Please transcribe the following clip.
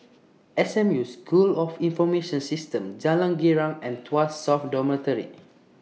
S M U School of Information Systems Jalan Girang and Tuas South Dormitory